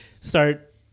start